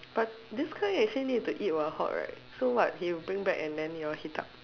but this kind actually need to eat while hot right so what he'll bring back and then you all heat up